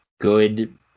good